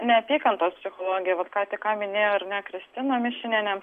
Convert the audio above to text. neapykantos psichologija va ką tik minėjo ar ne kristina mišinienė